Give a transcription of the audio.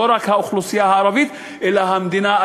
לא רק האוכלוסייה הערבית אלא המדינה,